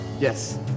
yes